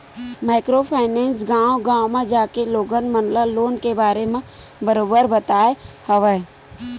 micro finance गाँव गाँव म जाके लोगन मन ल लोन के बारे म बरोबर बताय हवय